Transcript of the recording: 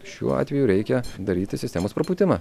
šiuo atveju reikia daryti sistemos prapūtimą